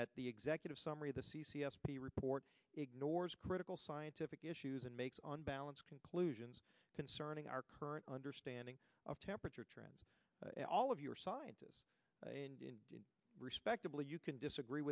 that the executive summary of the c c s p report ignores critical scientific issues and makes on balance conclusions concerning our current understanding of temperature trends all of your scientists in respect you can disagree